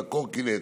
הקורקינט